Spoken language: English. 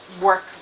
work